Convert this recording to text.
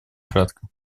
кратко